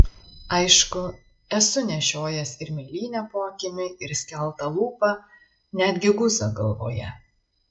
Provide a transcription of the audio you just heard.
aišku esu nešiojęs ir mėlynę po akimi ir skeltą lūpą net gi guzą galvoje